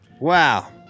Wow